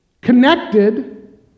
connected